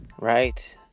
right